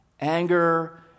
anger